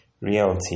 reality